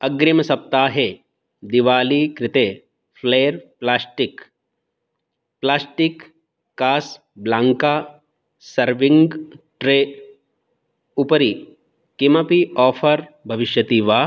अग्रिमसप्ताहे दिवालीकृते flair plastic plastic Casablanca serving tray उपरि किमपि आफ़र् भविष्यति वा